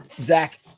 Zach